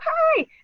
hi